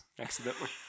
accidentally